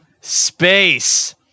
Space